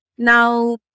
Now